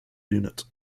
unit